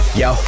yo